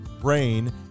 brain